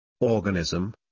organism